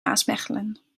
maasmechelen